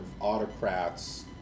autocrats